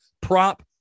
prop